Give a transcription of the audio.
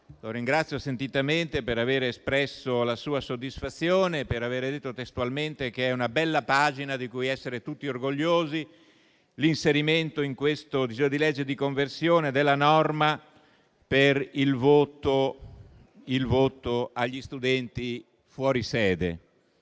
che ringrazio sentitamente per aver espresso la sua soddisfazione e aver detto testualmente che è una bella pagina, di cui essere tutti orgogliosi, l'inserimento in questo disegno di legge di conversione della norma per il voto agli studenti fuori sede.